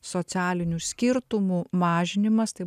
socialinių skirtumų mažinimas tai